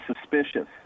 suspicious